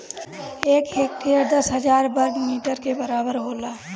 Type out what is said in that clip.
एक हेक्टेयर दस हजार वर्ग मीटर के बराबर होला